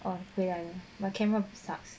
oh 回来 my camera sucks